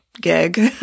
gig